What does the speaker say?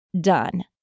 done